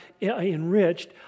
enriched